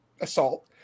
assault